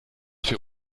für